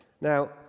Now